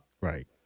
Right